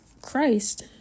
christ